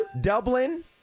Dublin